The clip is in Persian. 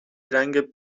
رنگ